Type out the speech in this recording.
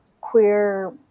queer